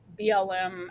BLM